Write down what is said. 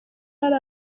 hari